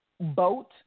boat